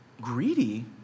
greedy